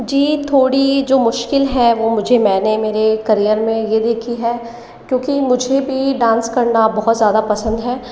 जी थोड़ी जो मुश्किल है वो मुझे मैंने मेरे करिअर में यह देखी है क्योंकि मुझे भी डांस करना बहुत ज़्यादा पसंद है